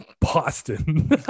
Boston